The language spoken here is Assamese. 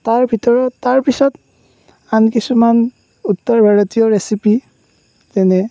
তাৰ ভিতৰত তাৰ পিছত আন কিছুমান উত্তৰ ভাৰতীয় ৰেচিপি যেনে